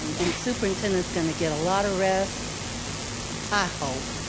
um and superintendent's gonna get a lot of rest i hope.